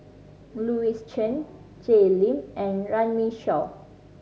Louis Chen Jay Lim and Runme Shaw